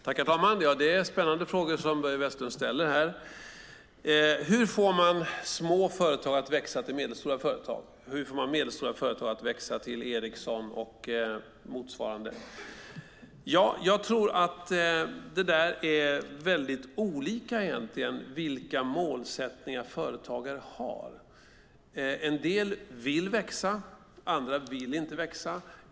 Herr talman! Det är spännande frågor som Börje Vestlund ställer. Hur får man små företag att växa till medelstora företag, och hur får man medelstora företag att växa till Ericsson och motsvarande? Jag tror att det är väldigt olika vilka målsättningar företagare har. En del vill växa; andra vill inte växa.